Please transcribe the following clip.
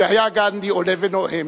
כשהיה גנדי עולה ונואם,